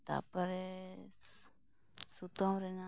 ᱛᱟᱨᱯᱚᱨᱮ ᱥᱩᱛᱟᱹᱢ ᱨᱮᱱᱟᱜ